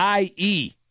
IE